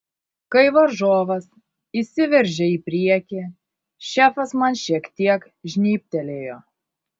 kai varžovas įsiveržė į priekį šefas man šiek tiek žnybtelėjo